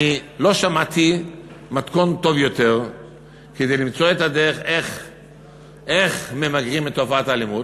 אני לא שמעתי מתכון טוב יותר כדי למצוא את הדרך למגר את תופעת האלימות.